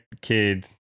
kid